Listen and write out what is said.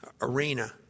arena